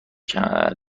تنگ